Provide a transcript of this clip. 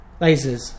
lasers